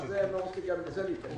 אבל אני לא רוצה גם לזה להיכנס.